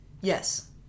Yes